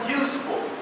useful